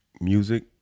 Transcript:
music